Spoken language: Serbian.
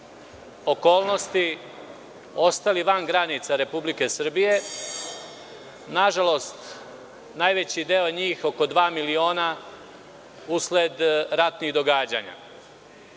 okolnosti ostali van granica Republike Srbije. Nažalost, najveći deo njih, negde oko dva miliona, usled ratnih događanja